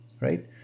right